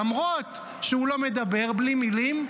למרות שהוא לא מדבר ובלי מילים,